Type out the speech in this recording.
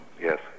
Yes